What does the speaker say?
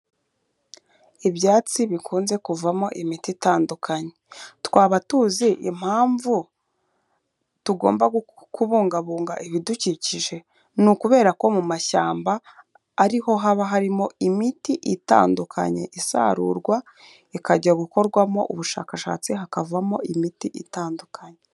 Ibyatsi bikunze kuvamo imiti itandukanye twaba tuzi impamvu tugomba kubungabunga ibidukikije, ni ukubera ko mu mashyamba ariho haba harimo imiti itandukanye isarurwa, ikajya gukorwamo ubushakashatsi hakavamo imiti itandukanye.